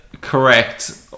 correct